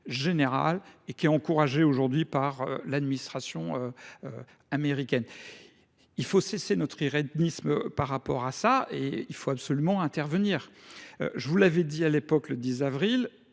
et qui est encouragée aujourd'hui par l'administration américaine. Il faut cesser notre irrednisme par rapport à ça et il faut absolument intervenir. Je vous l'avais dit à l'époque le 10 avril,